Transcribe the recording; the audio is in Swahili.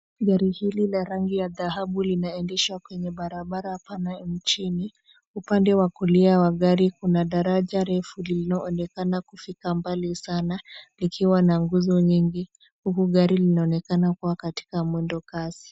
Gari hili la rangi ya dhahabu linaendeshwa kwenye barabara pana nchini, upande wa kulia wa gari kuna daraja refu lililonekana kufika mbali sana likiwa na guzo nyingi uku gari linaonekana kuwa mwendo kasi.